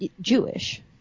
Jewish